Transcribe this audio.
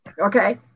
Okay